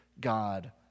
God